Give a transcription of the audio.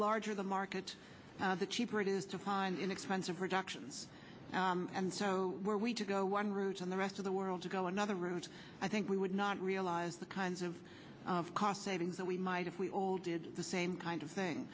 larger the market the cheaper it is to find inexpensive productions and so were we to go one route on the rest of the world to go another route i think we would not realize the kinds of cost savings that we might if we all did the same kind of thing